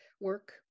work